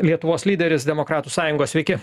lietuvos lyderis demokratų sąjungos sveiki